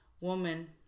woman